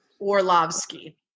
Orlovsky